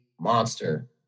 monster